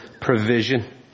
provision